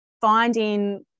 finding